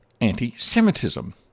anti-Semitism